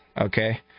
okay